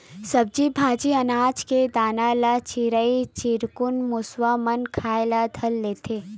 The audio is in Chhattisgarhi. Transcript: सब्जी भाजी, अनाज के दाना ल चिरई चिरगुन, मुसवा मन खाए ल धर लेथे